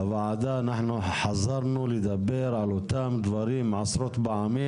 בוועדה חזרנו לדבר על אותם דברים עשרות פעמים.